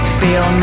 feel